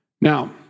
Now